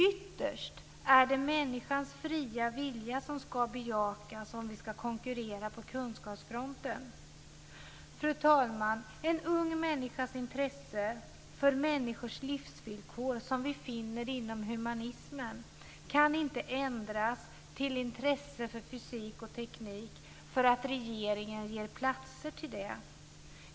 Ytterst är det människans fria vilja som ska bejakas om vi ska konkurrera på kunskapsfronten. Fru talman! En ung människas intresse för människors livsvillkor som vi finner inom humanismen kan inte ändras till intresse för fysik och teknik därför att regeringen ger platser till det.